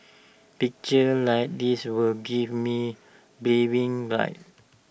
pictures like this will give me bragging rights